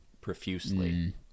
profusely